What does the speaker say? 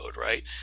right